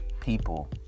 people